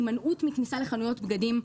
הימנעות מכניסה לחנויות בגדים.